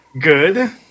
Good